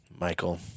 michael